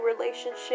relationship